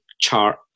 chart